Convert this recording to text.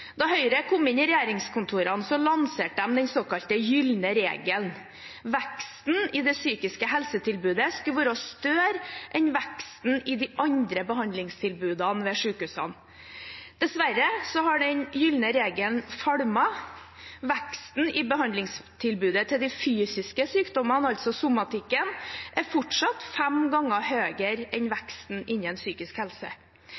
Da Høyre kom inn i regjeringskontorene, lanserte de den såkalte gylne regelen. Veksten i det psykiske helsetilbudet skulle være større enn veksten i de andre behandlingstilbudene ved sykehusene. Dessverre har den gylne regelen falmet. Veksten i behandlingstilbudet til de fysiske sykdommene, altså somatikken, er fortsatt fem ganger større enn